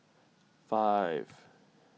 five